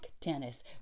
tennis